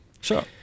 Sure